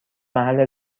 محل